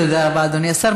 תודה רבה, אדוני השר.